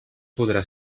podrà